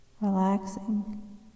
relaxing